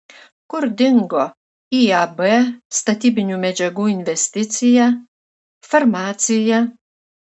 kur dingo iab statybinių medžiagų investicija farmacija